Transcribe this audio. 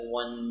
one